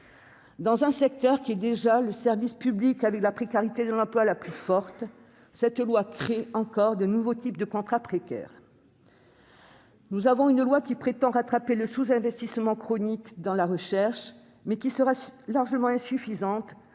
Dans un secteur qui est déjà le service public avec la précarité de l'emploi la plus forte, il crée encore de nouveaux types de contrats précaires. Nous avons un texte qui prétend rattraper le sous-investissement chronique dans la recherche, mais qui sera largement insuffisant